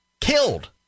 killed